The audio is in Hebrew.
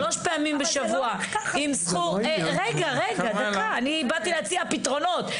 שלוש פעמים בשבוע --- אני באתי להציע פתרונות.